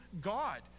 God